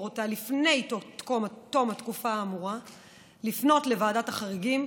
אותה לפני תום התקופה האמורה לפנות לוועדת החריגים,